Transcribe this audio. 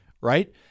right